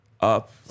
up